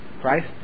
Christ